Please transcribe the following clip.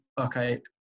Okay